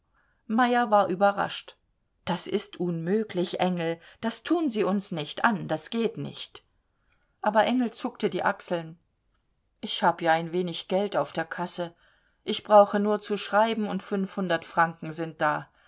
meyer war überrascht das ist unmöglich engel das tun sie uns nicht an das geht nicht aber engel zuckte die achseln ich hab ja ein wenig geld auf der kasse ich brauche nur zu schreiben und fünfhundert franken sind da